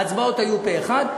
ההצבעות היו פה-אחד.